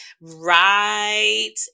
Right